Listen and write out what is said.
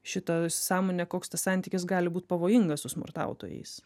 šita sąmonė koks tas santykis gali būti pavojingas su smurtautojais